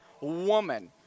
woman